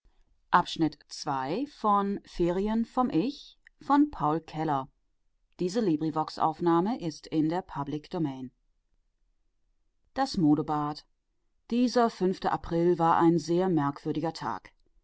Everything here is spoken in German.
das fünfte april war ein sehr merkwürdiger tag